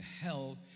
hell